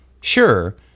sure